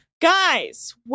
guys